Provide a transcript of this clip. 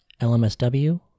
LMSW